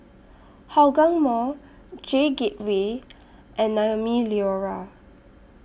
Hougang Mall J Gateway and Naumi Liora